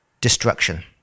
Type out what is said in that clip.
destruction